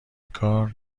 کار